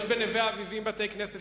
יש בנווה-אביבים בתי-כנסת,